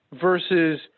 versus